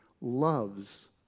loves